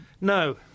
No